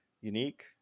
unique